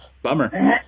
Bummer